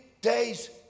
days